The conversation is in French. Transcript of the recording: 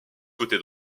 côté